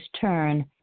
turn